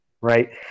Right